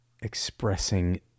expressing